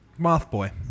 Mothboy